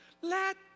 Let